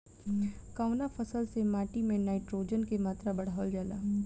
कवना फसल से माटी में नाइट्रोजन के मात्रा बढ़ावल जाला?